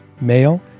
Male